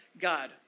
God